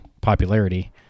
popularity